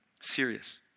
Serious